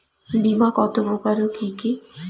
বীমা কত প্রকার ও কি কি?